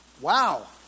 Wow